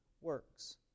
works